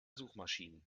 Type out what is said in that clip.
suchmaschinen